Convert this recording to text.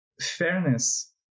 fairness